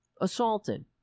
assaulted